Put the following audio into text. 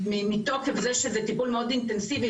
מתוקף זה שזה טיפול מאוד אינטנסיבי,